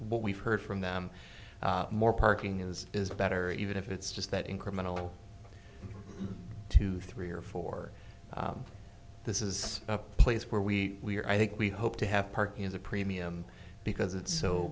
what we've heard from them more parking is is better even if it's just that incremental two three or four this is a place where we are i think we hope to have parking as a premium because it's so